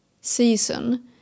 season